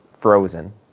frozen